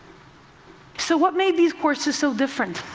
so what made these courses so different?